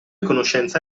conoscenza